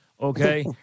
Okay